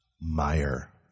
Meyer